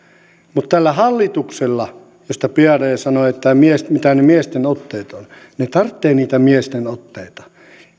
mutta tällä hallituksella on sellaiset otteet mistä biaudet sanoi että mitä ne miesten otteet ovat tarvitaan niitä miesten otteita